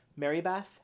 Marybeth